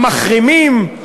המחרימים.